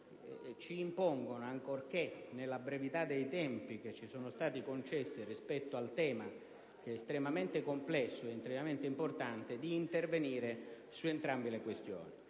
ci impone, ancorché nella brevità dei tempi che ci sono stati concessi rispetto ad un tema estremamente complesso e importante, di intervenire su entrambe le questioni.